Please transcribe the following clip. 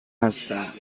هستند